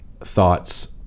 thoughts